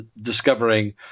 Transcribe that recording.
discovering